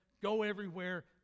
go-everywhere